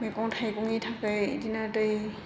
मैगं थाइगंनि थाखाय बेदिनो दै